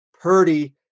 Purdy